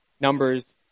numbers